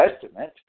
Testament